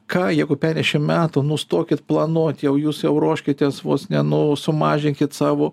ką jeigu penkiasdešimt metų nustokit planuot jau jūs jau ruoškitės vos ne nu sumažinkit savo